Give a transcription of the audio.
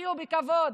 ושיחיו בכבוד.